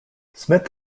smith